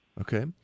Okay